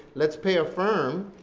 let's pay a firm,